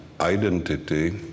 identity